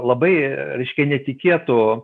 labai reiškia netikėtų